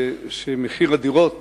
שמחיר הדירות